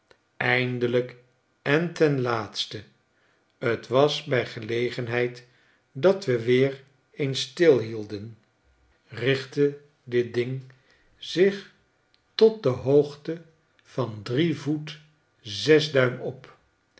eindelijk en ten laatste t was bij gelegenheid dat we weer eens stilhielden richtte dit ding zich tot de hoogte van drie voet zes duim